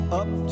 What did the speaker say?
up